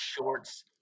shorts